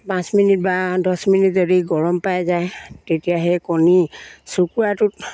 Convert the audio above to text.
পাঁচ মিনিট বা দছ মিনিট যদি গৰম পাই যায় তেতিয়া সেই কণী চুকুৰাটোত